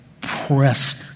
pressed